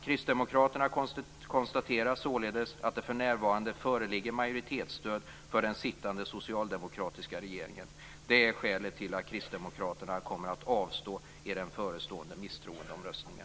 Kristdemokraterna konstaterar således att det för närvarande föreligger majoritetsstöd för den sittande socialdemokratiska regeringen. Det är skälet till att kristdemokraterna kommer att avstå i den förestående misstroendeomröstningen.